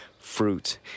fruit